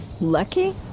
Lucky